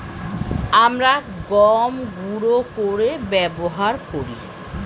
আমরা গম গুঁড়ো করে ব্যবহার করি